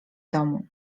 domu